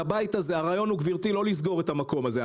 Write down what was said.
הרעיון הוא לא לסגור את המקום הזה.